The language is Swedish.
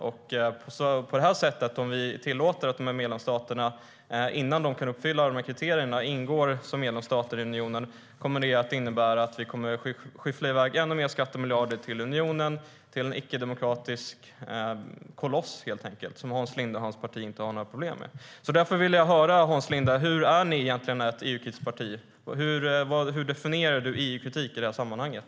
Om vi tillåter att de tillkommande medlemsstaterna, innan de kan uppfylla kriterierna, ingår som medlemsstater i unionen kommer det att innebära att vi kommer att skyffla i väg ännu mer skattemiljarder till unionen, till en icke-demokratisk koloss - som Hans Linde och hans parti inte har några problem med. Hur EU-kritiskt är Hans Lindes parti? Hur definierar Hans Linde EU-kritik i det här sammanhanget?